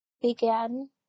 began